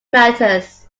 matters